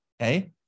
Okay